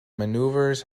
manoeuvres